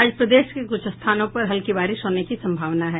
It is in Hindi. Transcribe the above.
आज प्रदेश के कुछ स्थानों पर हल्की बारिश होने की सम्भावना है